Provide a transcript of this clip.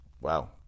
Wow